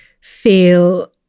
feel